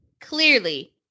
clearly